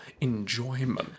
enjoyment